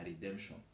redemption